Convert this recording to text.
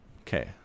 Okay